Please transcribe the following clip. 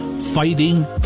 Fighting